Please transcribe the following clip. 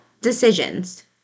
decisions